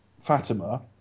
Fatima